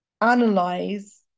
analyze